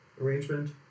arrangement